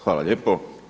Hvala lijepo.